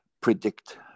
predict